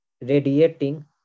radiating